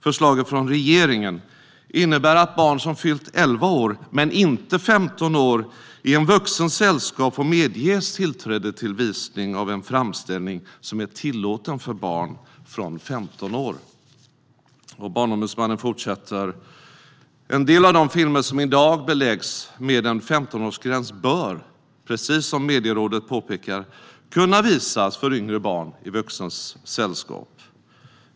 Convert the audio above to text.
Förslaget innebär att barn som fyllt 11 år, men inte 15 år, i en vuxens sällskap får medges tillträde till visning av en framställning som är tillåten för barn från 15 år." Barnombudsmannen fortsätter: "En del av de filmer som idag beläggs med en 15-årsgräns bör, precis som Medierådet påpekar, kunna visas för yngre barn i vuxnas sällskap.